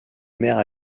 maire